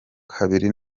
kabiri